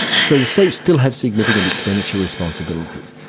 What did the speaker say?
so the states still have significant expenditure responsibilities.